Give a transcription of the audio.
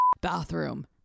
bathroom